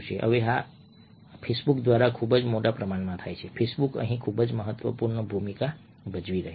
હવે આ ફેસબુક દ્વારા ખૂબ જ મોટા પ્રમાણમાં થાય છે ફેસબુકે અહીં ખૂબ જ મહત્વપૂર્ણ ભૂમિકા ભજવી હતી